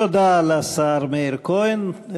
תודה לשר מאיר כהן.